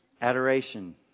Adoration